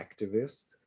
activist